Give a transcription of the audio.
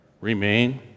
Remain